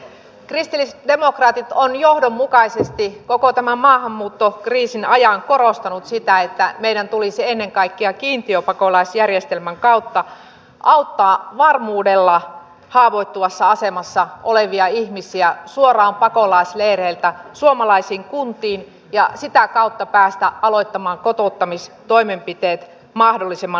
kristillisdemokraatit ovat johdonmukaisesti koko tämän maahanmuuttokriisin ajan korostaneet sitä että meidän tulisi ennen kaikkea kiintiöpakolaisjärjestelmän kautta auttaa varmuudella haavoittuvassa asemassa olevia ihmisiä suoraan pakolaisleireiltä suomalaisiin kuntiin ja sitä kautta päästä aloittamaan kotouttamistoimenpiteet mahdollisimman nopeasti